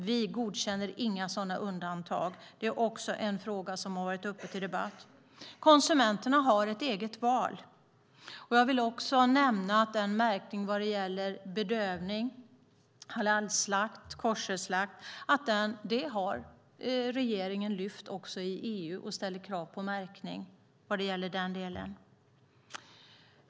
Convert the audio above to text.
Vi godkänner inga sådana undantag. Det är också en fråga som har varit uppe till debatt. Konsumenterna har ett eget val. Jag vill också nämna att frågan om krav på märkning när det gäller bedövning - halalslakt och koscherslakt - har regeringen lyft upp i EU.